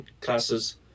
classes